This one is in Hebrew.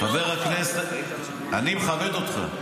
חבר הכנסת, אני מכבד אותך.